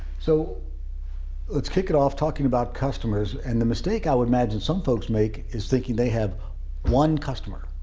so let's kick it off talking about customers. and the mistake i would imagine some folks make is thinking they have one customer,